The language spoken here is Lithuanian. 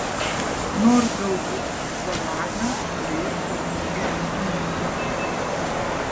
nors galbūt zalaga turėjo ir kitų sumetimų